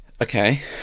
okay